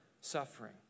suffering